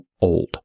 old